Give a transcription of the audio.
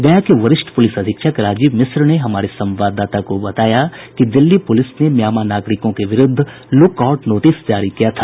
गया के वरिष्ठ पुलिस अधीक्षक राजीव मिश्रा ने हमारे संवाददाता को बताया कि दिल्ली पुलिस ने म्यामां नागरिकों के विरुद्ध ल्कआउट नोटिस जारी किया था